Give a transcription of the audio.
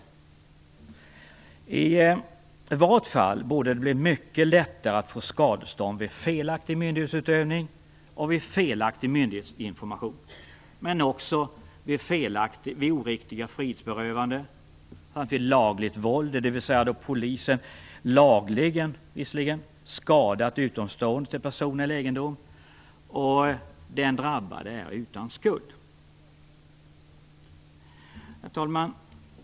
I varje fall borde det bli mycket lättare att få skadestånd vid felaktig myndighetsutövning och vid felaktig myndighetsinformation men också vid oriktiga frihetsberövanden samt vid lagligt våld, dvs. då polisen lagligen skadat utomstående till person eller egendom och den drabbade är utan skuld. Herr talman!